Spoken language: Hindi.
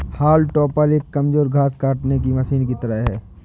हाउल टॉपर एक कमजोर घास काटने की मशीन की तरह है